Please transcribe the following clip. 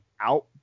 out